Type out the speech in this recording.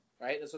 right